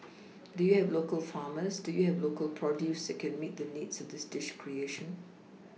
do you have local farmers do you have local produce that can meet the needs of this dish creation